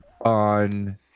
on